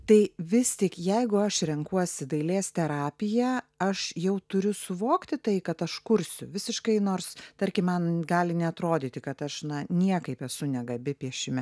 tai vis tik jeigu aš renkuosi dailės terapiją aš jau turiu suvokti tai kad aš kursiu visiškai nors tarkim man gali neatrodyti kad aš na niekaip esu negabi piešime